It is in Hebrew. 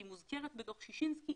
היא מוזכרת בדוח ששינסקי,